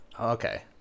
Okay